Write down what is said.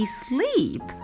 sleep